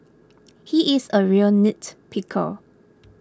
he is a real nitpicker